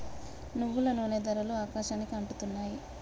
నువ్వుల నూనె ధరలు ఆకాశానికి అంటుతున్నాయి